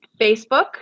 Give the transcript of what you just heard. Facebook